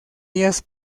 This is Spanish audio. ellas